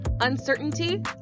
uncertainty